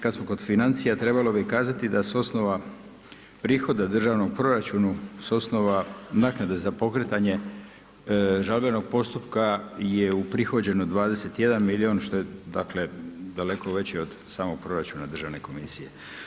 Kad smo kod financija trebalo bi kazati da s osnova prihoda državnog proračuna, sa osnova naknade za pokretanje žalbenog postupka je uprihođeno 21 milijun što je, dakle daleko veći od samog proračuna Državne komisije.